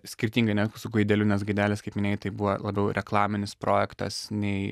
skirtingai negu su gaideliu nes gaidelis kaip minėjai tai buvo labiau reklaminis projektas nei